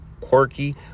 quirky